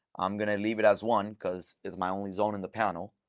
i'm going to leave it as one, because it's my only zone in the panel.